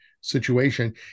situation